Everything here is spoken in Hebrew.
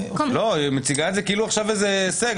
היא מציגה את זה כאילו עכשיו איזה הישג.